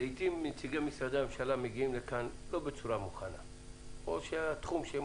לעיתים נציגי משרד הממשלה מגיעים לכאן כשהם אינם מוכנים דיים לדיון,